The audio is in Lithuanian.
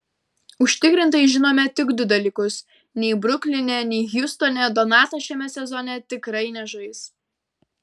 užtikrintai žinome tik du dalykus nei brukline nei hjustone donatas šiame sezone tikrai nežais